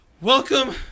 Welcome